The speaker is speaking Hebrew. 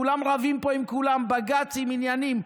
כולם רבים פה עם כולם, בג"צים, עניינים.